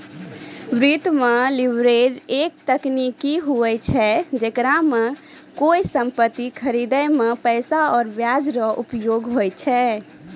वित्त मे लीवरेज एक तकनीक हुवै छै जेकरा मे कोय सम्पति खरीदे मे पैसा रो ब्याज रो उपयोग हुवै छै